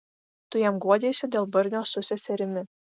tu jam guodiesi dėl barnio su seserimi